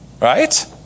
Right